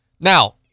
Now